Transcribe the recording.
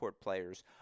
players